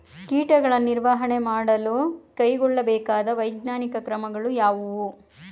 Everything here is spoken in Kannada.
ಕೀಟಗಳ ನಿರ್ವಹಣೆ ಮಾಡಲು ಕೈಗೊಳ್ಳಬೇಕಾದ ವೈಜ್ಞಾನಿಕ ಕ್ರಮಗಳು ಯಾವುವು?